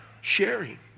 sharing